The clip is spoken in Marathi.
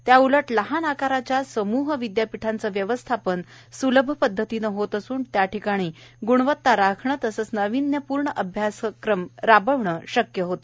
त्याउलट लहान आकाराच्या समूह विद्यापीठांचे व्यवस्थापन सुलभ पद्धतीने होत असून त्याठिकाणी गुणवता राखणे तसेच नाविन्यपूर्ण अभ्यासक्रम राबविणे शक्य होते